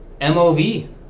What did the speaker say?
MOV